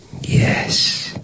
Yes